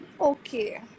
okay